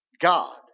God